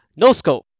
NoScope